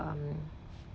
um